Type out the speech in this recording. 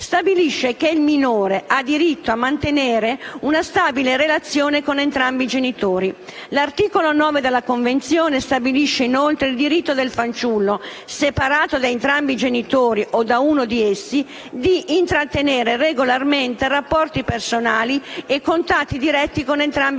stabilisce che il minore ha diritto a mantenere una stabile relazione con entrambi i genitori. L'articolo 9 della Convenzione stabilisce, inoltre, il diritto del fanciullo, separato da entrambi i genitori o da uno di essi, di intrattenere regolarmente rapporti personali e contatti diretti con entrambe le figure